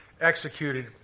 executed